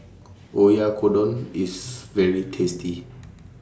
Oyakodon IS very tasty